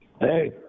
Hey